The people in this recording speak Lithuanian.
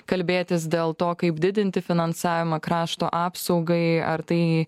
kalbėtis dėl to kaip didinti finansavimą krašto apsaugai ar tai